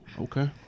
Okay